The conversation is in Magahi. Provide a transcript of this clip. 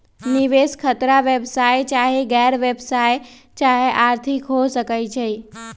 निवेश खतरा व्यवसाय चाहे गैर व्यवसाया चाहे आर्थिक हो सकइ छइ